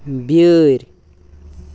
بیٲرۍ